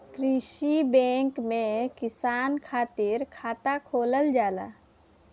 कृषि बैंक में किसान खातिर खाता खोलल जाला